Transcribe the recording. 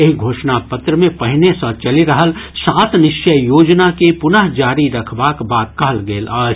एहि घोषणा पत्र मे पहिने सँ चलि रहल सात निश्चय योजना के पुनः जारी रखबाक बात कहल गेल अछि